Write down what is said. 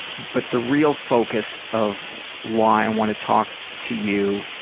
but the real focus of why i and want to talk to you,